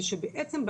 זה שבעצם,